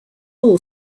all